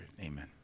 Amen